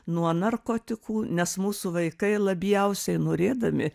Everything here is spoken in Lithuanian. nuo narkotikų nes mūsų vaikai labiausiai norėdami